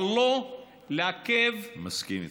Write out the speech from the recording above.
אבל לא לעכב, מסכים איתך.